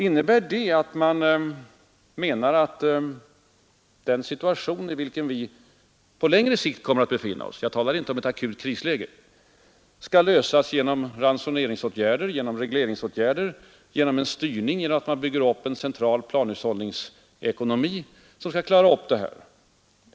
Innebär det att man menar att den situation i vilken vi på längre sikt kommer att befinna oss — jag talar inte om ett akut krisläge — skall klaras genom ransoneringsoch regleringsåtgärder, genom en styrning, genom att man bygger upp en central planhushållningsekonomi?